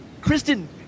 Kristen